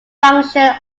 function